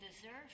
deserve